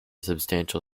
substantial